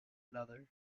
another